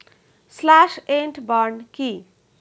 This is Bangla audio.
স্লাস এন্ড বার্ন কি?